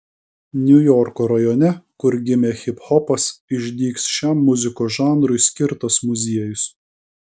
niujorko rajone kur gimė hiphopas išdygs šiam muzikos žanrui skirtas muziejus